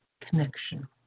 connection